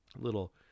little